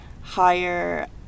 higher